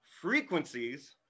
Frequencies